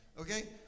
Okay